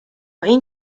این